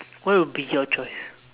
what would be your choice